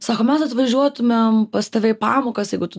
sako mes atvažiuotumėm pas tave į pamokas jeigu tu